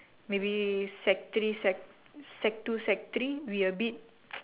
maybe sec three sec sec two sec three we a bit